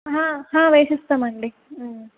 హా వేసిస్తాము అండి